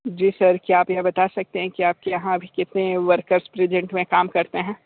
जी sir क्या आप यह बता सकते है कि आपके यहाँ अभी कितने वर्कर्स प्रेजेन्ट में काम करते हैं